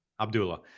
abdullah